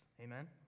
Amen